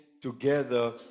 together